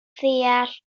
deall